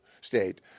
State